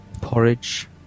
porridge